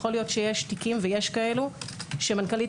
יכול להיות שיש תיקים ויש כאלו שמנכ"לית